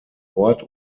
ort